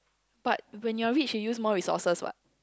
but when you're rich you use more resources what